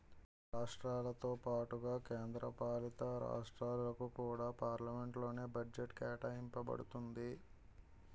రాష్ట్రాలతో పాటుగా కేంద్ర పాలితరాష్ట్రాలకు కూడా పార్లమెంట్ లోనే బడ్జెట్ కేటాయింప బడుతుంది